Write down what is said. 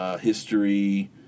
history